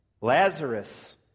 Lazarus